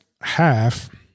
half –